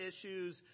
issues